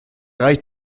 reicht